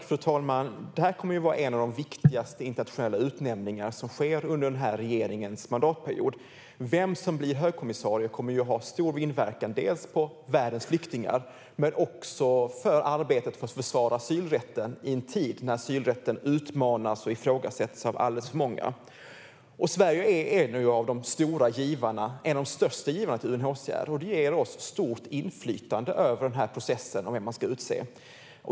Fru talman! Det här kommer att vara en av de viktigaste internationella utnämningar som sker under den här regeringens mandatperiod. Vem som blir högkommissarie kommer att ha stor inverkan dels på världens flyktingar, dels för arbetet att försvara asylrätten i en tid när asylrätten utmanas och ifrågasätts av alldeles för många. Sverige är en av de största givarna till UNHCR. Det ger oss stort inflytande över processen om vem som ska utses.